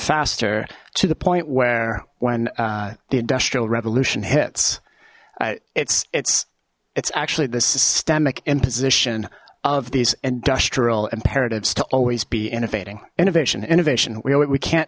faster to the point where when the industrial revolution hits it's it's it's actually the systemic imposition of these industrial imperatives to always be innovating innovation innovation we can't